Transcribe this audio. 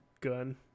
gun